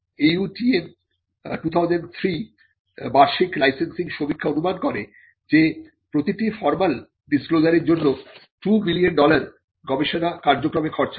AUTM 2003 বার্ষিক licensing সমীক্ষা অনুমান করে যে প্রতিটি ফর্মাল ডিসক্লোজারের জন্য 2 মিলিয়ন ডলার গবেষণা কার্যক্রমে খরচ হয়